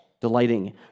delighting